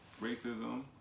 racism